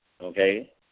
okay